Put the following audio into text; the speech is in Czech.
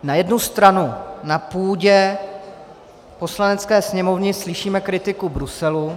Na jednu stranu na půdě Poslanecké sněmovny slyšíme kritiku Bruselu...